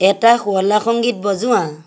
এটা শুৱলা সংগীত বজোৱা